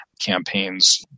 campaigns